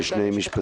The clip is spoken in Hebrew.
הוא חוזר לשטח,